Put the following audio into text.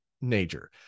nature